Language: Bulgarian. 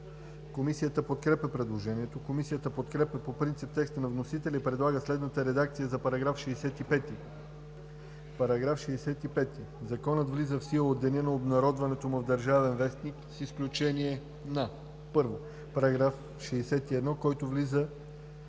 Комисията подкрепя предложението. Комисията подкрепя по принцип текста на вносителя и предлага следната редакция за § 65: „§ 65. Законът влиза в сила от деня на обнародването му в „Държавен вестник“, с изключение на: 1. параграф 61, който влиза